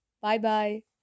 Bye-bye